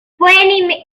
fue